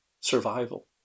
survival